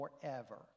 forever